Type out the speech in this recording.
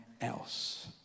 else